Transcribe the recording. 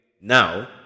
now